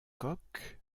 coques